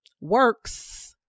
Works